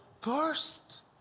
first